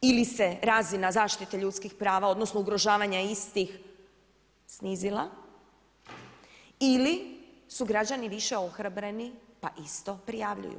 Ili se razina zaštite ljudskih prava odnosno ugrožavanja istih snizila ili su građani više ohrabreni pa isto prijavljuju.